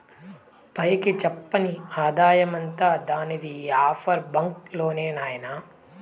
పైకి చెప్పని ఆదాయమంతా దానిది ఈ ఆఫ్షోర్ బాంక్ లోనే నాయినా